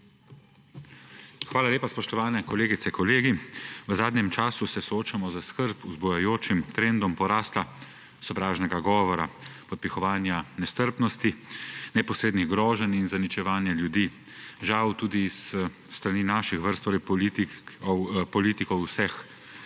Hvala lepa. Spoštovani kolegice, kolegi! V zadnjem času se soočamo s skrb vzbujajočim trendom porasta sovražnega govora, podpihovanja nestrpnosti, neposrednih groženj in zaničevanja ljudi, žal tudi s strani naših vrst, torej politikov vseh